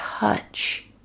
Touch